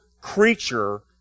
creature